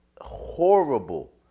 horrible